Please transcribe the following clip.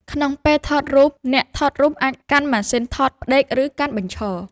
ក្នុងពេលថតរូប អ្នកថតរូបអាចកាន់ម៉ាស៊ីនថតផ្ដេក ឬកាន់បញ្ឈរ។